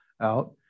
out